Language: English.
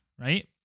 right